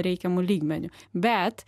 reikiamu lygmeniu bet